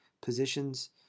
positions